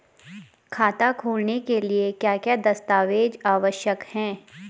खाता खोलने के लिए क्या क्या दस्तावेज़ आवश्यक हैं?